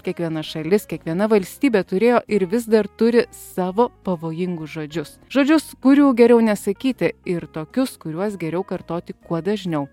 kiekviena šalis kiekviena valstybė turėjo ir vis dar turi savo pavojingus žodžius žodžius kurių geriau nesakyti ir tokius kuriuos geriau kartoti kuo dažniau